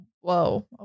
Whoa